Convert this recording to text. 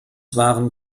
waren